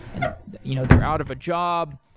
and you know they're out of a job,